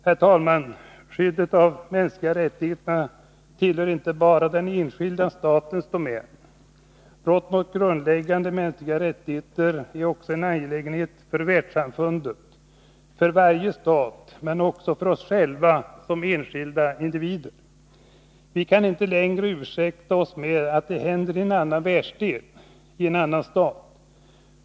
Herr talman! Skyddet av mänskliga rättigheter tillhör inte bara den enskilda statens domän. Brott mot grundläggande mänskliga rättigheter är också en angelägenhet för världssamfundet, för varje stat men också för oss själva som enskilda individer. Vi kan inte längre ursäkta oss med att någonting händer i en annan världsdel, i en annan stat.